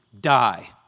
die